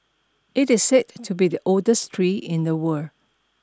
it is said to be the oldest tree in the world